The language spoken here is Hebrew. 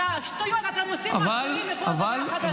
על שטויות אתם עושים משברים מפה ועד להודעה חדשה,